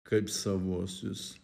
kaip savuosius